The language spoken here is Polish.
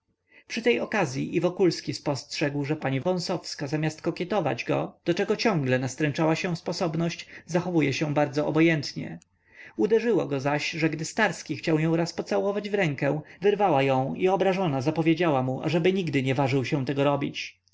przy tej okazy i wokulski spostrzegł że pani wąsowska zamiast kokietować go do czego ciągle nastręczała się sposobność zachowuje się bardzo obojętnie uderzyło go zaś że gdy starski chciał ją raz pocałować w rękę wyrwała ją i obrażona zapowiedziała mu ażeby nigdy nie ważył się tego robić